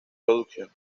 production